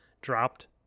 dropped